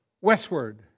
westward